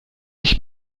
ich